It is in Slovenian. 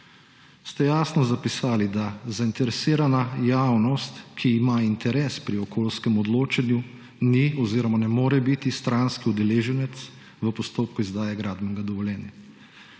ste jasno zapisali, da zainteresirana javnost, ki ima interes pri okoljskem odločanju, ni oziroma ne more biti stranski udeleženec v postopku izdaje gradbenega dovoljenja.